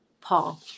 Paul